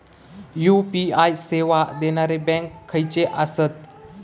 UPI सेवा देणारे bank खयचे आसत?